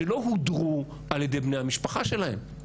שלא הודרו על ידי בני המשפחה שלהם.